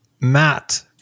matt